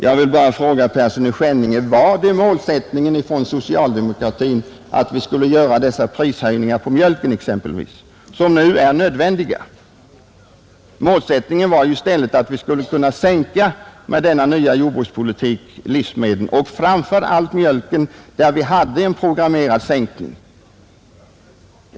Jag vill bara fråga herr Persson i Skänninge: Var målsättningen för socialdemokratin verkligen att vi skulle göra dessa prishöjningar på exempelvis mjölken som nu är nödvändiga? Målsättningen var ju i stället att vi med den nya jordbrukspolitiken skulle kunna sänka livsmedelspriserna framför allt på mjölken, där vi t.o.m. hade en programmerad sänkning.